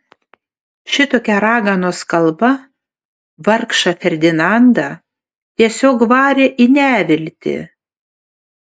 šitokia raganos kalba vargšą ferdinandą tiesiog varė į neviltį